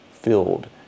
filled